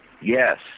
Yes